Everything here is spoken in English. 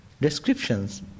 descriptions